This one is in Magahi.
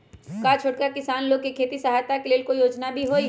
का छोटा किसान लोग के खेती सहायता के लेंल कोई योजना भी हई?